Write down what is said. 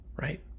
Right